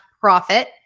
profit